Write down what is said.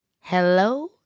Hello